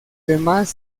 demás